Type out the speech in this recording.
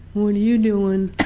what are you doing?